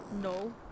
No